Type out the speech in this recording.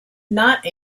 not